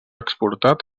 exportat